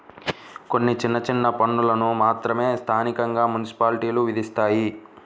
కొన్ని చిన్న చిన్న పన్నులను మాత్రమే స్థానికంగా మున్సిపాలిటీలు విధిస్తాయి